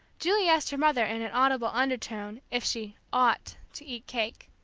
julie asked her mother in an audible undertone if she ought to eat cake.